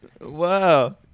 Wow